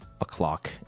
o'clock